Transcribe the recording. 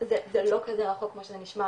זה לא כזה רחוק כמו שזה נשמע,